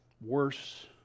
Worse